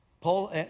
Paul